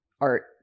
art